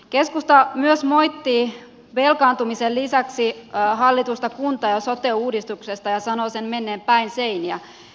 keskusta myös moittii velkaantumisen lisäksi hallitusta kunta ja sote uudistuksesta ja sanoo sen menneen päin seiniä